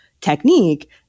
technique